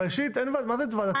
מה זה ועדה ציבורית?